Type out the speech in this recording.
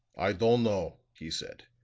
i don'd know, he said.